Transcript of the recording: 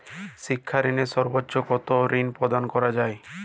শিক্ষা ঋণে সর্বোচ্চ কতো ঋণ প্রদান করা হয়?